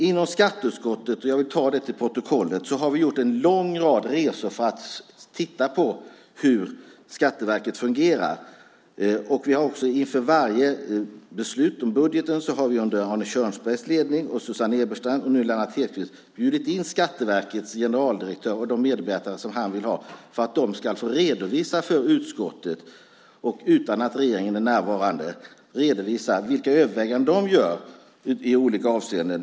Inom skatteutskottet - jag vill få det fört till protokollet - har vi gjort en lång rad resor för att titta på hur Skatteverket fungerar. Vi har också inför varje beslut om budgeten - det har skett under Arne Kjörnsbergs och Susanne Ebersteins och nu Lennart Hedquists ledning - bjudit in Skatteverkets generaldirektör och de medarbetare som han vill ha för att de ska få redovisa för utskottet, utan att regeringen är närvarande, vilka överväganden de gör i olika avseenden.